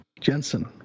Jensen